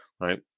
right